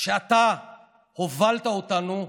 שאתה הובלת אותנו לתוכו.